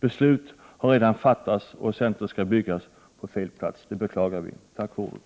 Beslut har redan fattats, och centrumet skall byggas på fel plats. Det beklagar vi. Tack för ordet.